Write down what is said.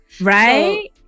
Right